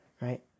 right